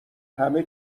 همه